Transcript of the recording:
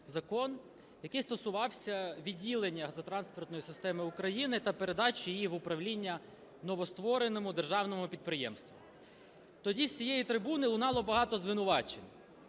який стосувався відділення газотранспортної системи України та передачі її в управління новоствореному державному підприємству. Тоді з цієї трибуни лунало багато звинувачень,